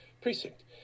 precinct